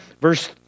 Verse